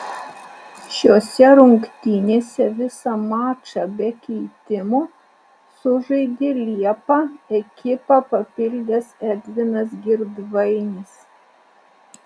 šiose rungtynėse visą mačą be keitimo sužaidė liepą ekipą papildęs edvinas girdvainis